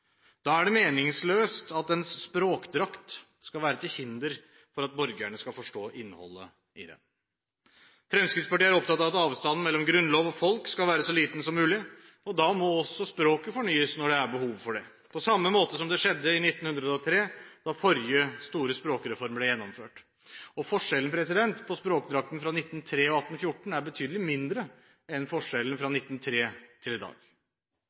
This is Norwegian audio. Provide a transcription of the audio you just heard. Da er det meningsløst at en språkdrakt skal være til hinder for at borgerne skal forstå innholdet i den. Fremskrittspartiet er opptatt av at avstanden mellom Grunnloven og folket skal være så liten som mulig. Da må også språket fornyes når det er behov for det, på samme måte som i 1903, da forrige store språkreform ble gjennomført. Forskjellen på språkdrakten fra 1903 til 1814 er betydelig mindre enn forskjellen fra 1903 til i dag.